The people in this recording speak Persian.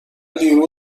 لیمو